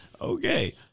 Okay